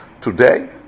today